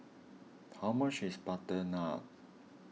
how much is Butter Naan